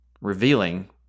revealing